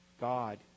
God